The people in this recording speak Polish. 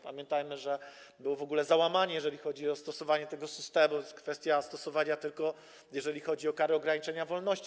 Pamiętajmy, że było w ogóle załamanie, jeżeli chodzi o stosowanie tego systemu, jest kwestia stosowania go, tylko jeżeli chodzi o karę ograniczenia wolności.